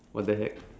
what the heck